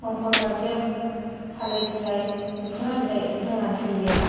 दंफां राखेब थालिर बिलाय लोखोना बिलाइ होनानै देयो